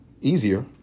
easier